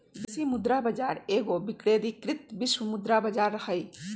विदेशी मुद्रा बाजार एगो विकेंद्रीकृत वैश्विक मुद्रा बजार हइ